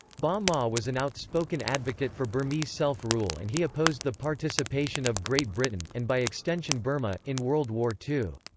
ba um maw was an outspoken advocate for burmese self-rule and he opposed the participation of great britain, and by extension burma, in world war ii.